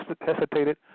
hesitated